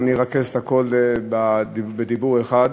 אני ארכז את הכול בדיבור אחד.